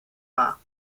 war